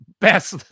best